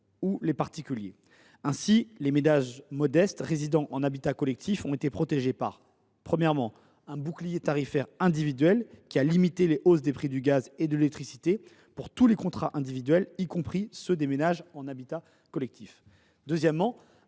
ou les particuliers. Ainsi, les ménages modestes résidant en habitat collectif ont pu profiter non seulement d’un bouclier tarifaire « individuel », qui a limité les hausses de prix du gaz et de l’électricité pour tous les contrats individuels, y compris ceux des ménages en habitat collectif, mais